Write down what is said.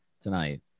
tonight